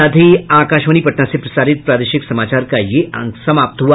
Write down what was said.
इसके साथ ही आकाशवाणी पटना से प्रसारित प्रादेशिक समाचार का ये अंक समाप्त हुआ